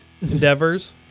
endeavors